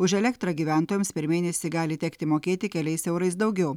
už elektrą gyventojams per mėnesį gali tekti mokėti keliais eurais daugiau